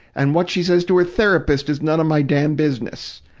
and what she says to her therapist is none of my damn business.